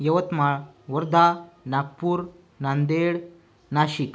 Yavatmal Wardha Nagpur Nanded Nashik